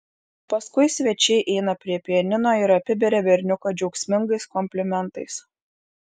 paskui svečiai eina prie pianino ir apiberia berniuką džiaugsmingais komplimentais